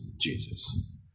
Jesus